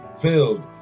filled